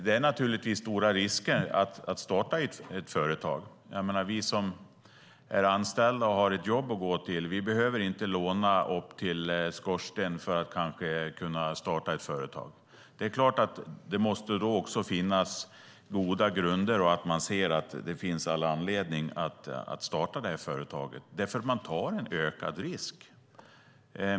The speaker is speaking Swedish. Det är naturligtvis stora risker att starta ett företag. Vi som är anställda och har ett jobb att gå till behöver inte låna upp till skorstenen för att kanske kunna starta ett företag. Det är klart att det då måste finnas goda grunder, att man ser att det finns all anledning att starta ett företaget. Man tar ju en ökad risk.